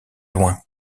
loin